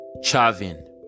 Chavin